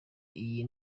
iyi